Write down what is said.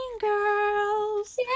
Girls